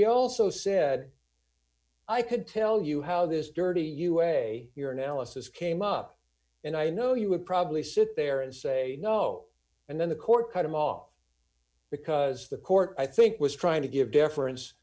he also said i could tell you how this dirty usa your analysis came up and i know you would probably sit there and say no and then the court cut him off because the court i think was trying to give deference